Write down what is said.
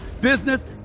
business